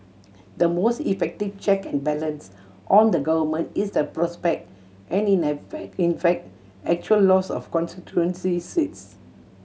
the most effective check and balance on the Government is the prospect and in fact in fact actual loss of constituency seats